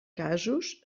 casos